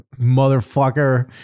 motherfucker